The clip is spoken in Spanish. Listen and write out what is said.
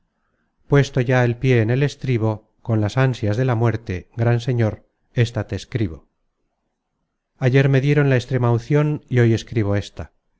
puesto ya el pié en el estribo con las ansias de la muerte gran señor ésta te escribo ayer me dieron la extremauncion y hoy escribo ésta